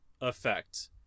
effect